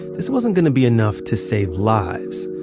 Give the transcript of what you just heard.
this wasn't going to be enough to save lives.